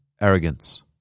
arrogance